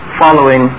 following